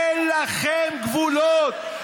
אין לכם גבולות.